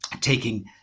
taking